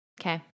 Okay